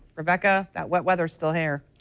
rebecca that wet weather is still here.